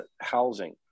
housing